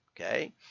okay